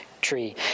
tree